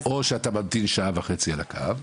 או שאתה ממתין שעה וחצי על הקו,